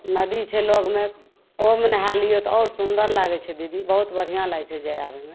नदी छै लऽगमे ओहुमे नहा लियौ तऽ आओर सुन्दर लागै छै दीदी बहुत बढ़िऑं लागै छै जाय आबै मे